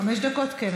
חמש דקות, כן.